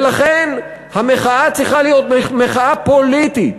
ולכן, המחאה צריכה להיות מחאה פוליטית,